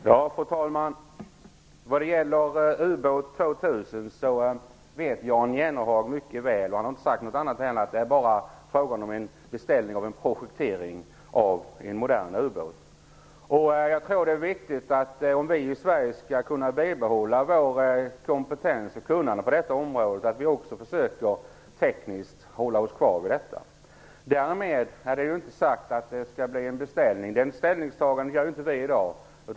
Fru talman! Vad gäller ubåt 2000 vet Jan Jennehag mycket väl, och han har inte heller sagt något annat, att det bara är fråga om en beställning av en projektering av en modern ubåt. Jag tror att det är viktigt att vi, om vi i Sverige skall kunna bibehålla vår kompetens och vårt kunnande på detta område, försöker att föra denna tekniska projektering vidare. Därmed är det inte sagt att det skall göras en beställning. Det ställningstagandet gör vi inte i dag.